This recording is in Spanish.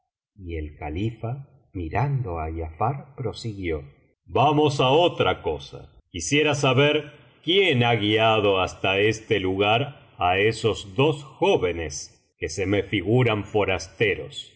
y el califa mirando á giafar prosiguió vamos á otra cosa quisiera saber quién ha guiado hasta este lugar á esos dos jóvenes que se me figuran forasteros en